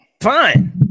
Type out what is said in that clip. Fine